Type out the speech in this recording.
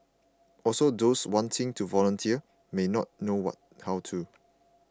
also those wanting to volunteer may not know how to